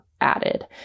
added